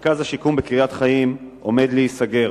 מרכז השיקום בקריית-חיים עומד להיסגר,